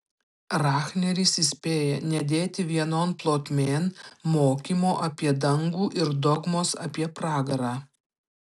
rahneris įspėja nedėti vienon plotmėn mokymo apie dangų ir dogmos apie pragarą